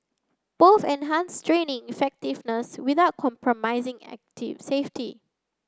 both enhanced training effectiveness without compromising safety